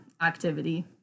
activity